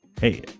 hey